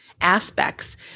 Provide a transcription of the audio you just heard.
aspects